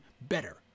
better